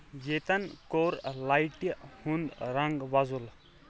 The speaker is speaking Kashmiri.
ییتین کور لایٹِہ ہُند رنگ وۄزُل